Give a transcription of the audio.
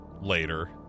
later